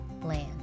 Land